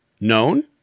known